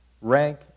Rank